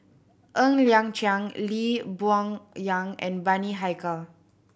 Ng Liang Chiang Lee Boon Yang and Bani Haykal